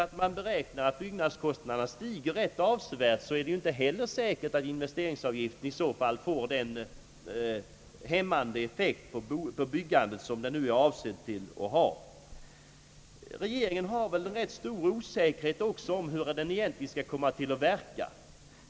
Om byggnadskostnaderna beräknas stiga anmärkningsvärt, är det inte säkert att investeringsavgiften i så fall får den hämmande effekt på byggandet som den är avsedd att ha. Regeringen är också osäker på hur investeringsavgiften = egentligen kan komma att verka.